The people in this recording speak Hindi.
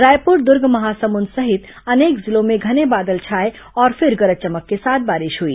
रायपुर दुर्ग महासमुंद सहित अनेक जिलों में घने बादल छाए और फिर गरज चमक के साथ बारिश हुई